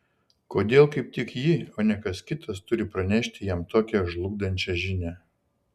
kodėl kaip tik ji o ne kas kitas turi pranešti jam tokią žlugdančią žinią